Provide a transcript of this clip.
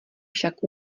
však